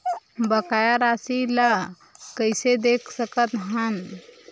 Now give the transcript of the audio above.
बकाया राशि ला कइसे देख सकत हान?